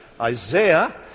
Isaiah